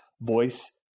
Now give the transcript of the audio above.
voice